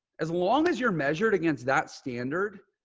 as long as you're measured against that standard.